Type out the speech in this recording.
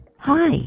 Hi